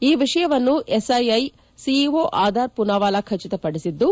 ಈ ವಿಷಯವನ್ನು SII CEO Adar Poonawalla ಖಚಿತಪಡಿಸಿದ್ದು